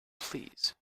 please